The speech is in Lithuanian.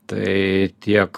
tai tiek